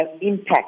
impact